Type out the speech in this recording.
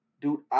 dude